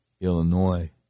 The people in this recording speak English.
Illinois